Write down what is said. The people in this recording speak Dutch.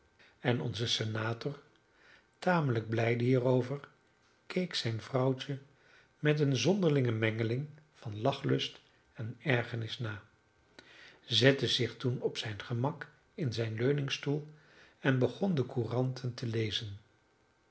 en onze senator tamelijk blijde hierover keek zijn vrouwtje met een zonderlinge mengeling van lachlust en ergernis na zette zich toen op zijn gemak in zijn leuningstoel en begon de couranten te lezen